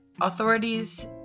authorities